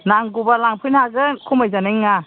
नांगौबा लांफैनो हागोन खमाय जानाय नङा